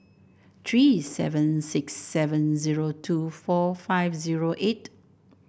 three seven six seven zero two four five zero eight